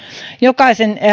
jokaisen